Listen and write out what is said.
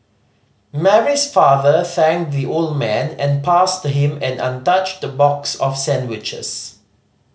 Mary's father thanked the old man and passed him an untouched box of sandwiches